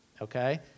okay